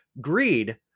Greed